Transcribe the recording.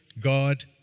God